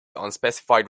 unspecified